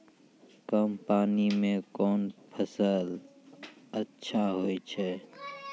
कम पानी म कोन फसल अच्छाहोय छै?